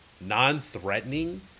non-threatening